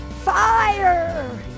fire